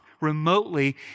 remotely